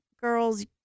girls